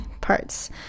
parts